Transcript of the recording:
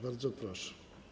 Bardzo proszę.